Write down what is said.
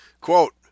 Quote